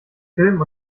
filmen